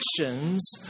actions